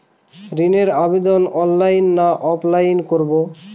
ঋণের আবেদন অনলাইন না অফলাইনে করব?